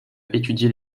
étudié